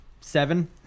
seven